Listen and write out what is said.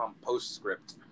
postscript